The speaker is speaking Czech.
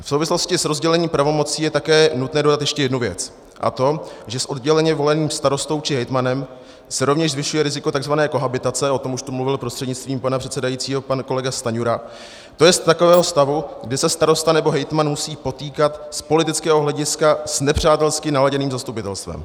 V souvislosti s rozdělením pravomocí je také nutné dodat ještě jednu věc, a to že s odděleně voleným starostou či hejtmanem se rovněž zvyšuje riziko tzv. kohabitace o tom už tu mluvil, prostřednictvím pana předsedajícího, pan kolega Stanjura to jest takového stavu, kdy se starosta nebo hejtman musí potýkat z politického hlediska s nepřátelsky naladěným zastupitelstvem.